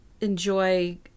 enjoy